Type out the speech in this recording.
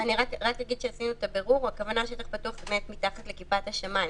אני רק אומר שעשינו את הבירור והכוונה שטח פתוח - מתחת לכיפת השמים.